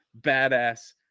badass